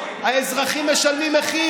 האזרחים משלמים מחיר,